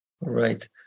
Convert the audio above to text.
Right